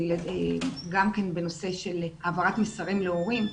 גם כן בנושא של העברת מסרים להורים,